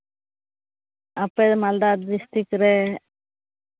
ᱟᱯᱮ ᱢᱟᱞᱫᱟ ᱰᱤᱥᱴᱤᱠ ᱨᱮ